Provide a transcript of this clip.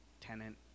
Tenant